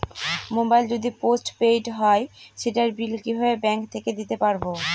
Mobile যদি post paid হয় সেটার বিল কিভাবে ব্যাংক থেকে দিতে পারব?